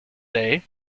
day